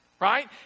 Right